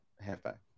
halfback